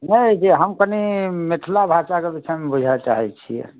नहि जे हम कनि मिथला भाषाके बिषयमे बुझए चाहैत छियै